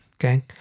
okay